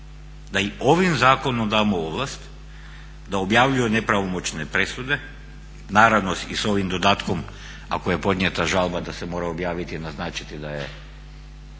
da i ovim zakonom damo ovlast da objavljuju nepravomoćne presude, naravno i sa ovim dodatkom ako je podnijeta žalba da se mora objaviti, naznačiti da je